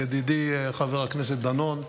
ידידי חבר הכנסת דנון,